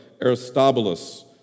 Aristobulus